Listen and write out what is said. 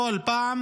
כשל פעם